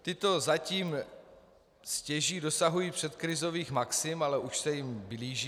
Tyto zatím stěží dosahují předkrizových maxim, ale už se jim blíží.